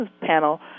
panel